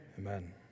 amen